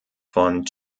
von